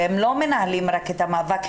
הם לא מנהלים רק את המאבק,